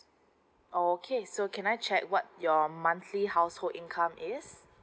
okay so can I check what your monthly household income is